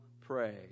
pray